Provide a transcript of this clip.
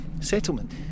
settlement